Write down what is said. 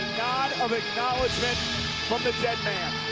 of acknowledgement from the deadman.